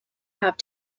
have